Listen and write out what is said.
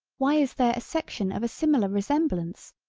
why is there a section of a similar resemblance,